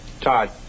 Todd